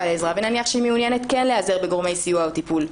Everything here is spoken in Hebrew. לעזרה ונניח שהיא מעוניינת כן להיעזר בגורמי סיוע או טיפול.